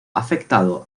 afectado